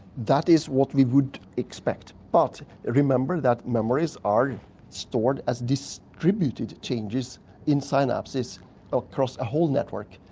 that is what we would expect but remember that memories are stored as distributed changes in synapses across a whole network,